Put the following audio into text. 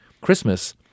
Christmas